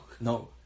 No